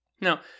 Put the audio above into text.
Now